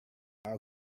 how